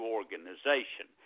organization